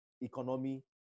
economy